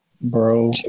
bro